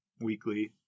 weekly